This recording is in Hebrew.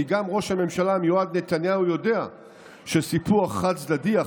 כי גם ראש הממשלה המיועד נתניהו יודע שסיפוח חד-צדדי,